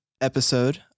Episode